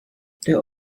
der